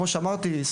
כמו שאמרתי,